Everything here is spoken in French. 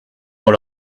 dans